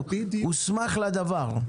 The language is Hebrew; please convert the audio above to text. שהוא הוסמך לדבר,